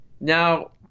Now –